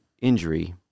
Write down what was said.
injury